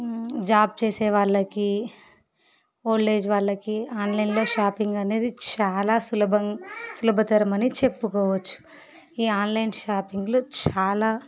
job చేసే వాళ్ళకి old age వాళ్ళకి ఆన్లైన్ షాపింగ్ అనేది చాలా సులభం సులభతరం అనే చెప్పుకోవచ్చు ఈ ఆన్లైన్ షాపింగ్లు చాలా